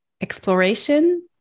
exploration